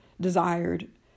desired